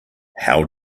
how